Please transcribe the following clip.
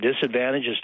disadvantages